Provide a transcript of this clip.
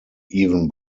even